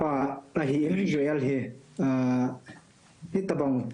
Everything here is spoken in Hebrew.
יואל הוא הבן שלי,